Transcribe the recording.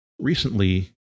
recently